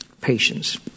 Patience